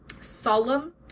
solemn